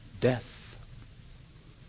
Death